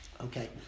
Okay